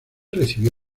recibió